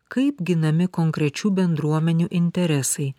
kaip ginami konkrečių bendruomenių interesai